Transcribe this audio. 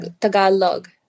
Tagalog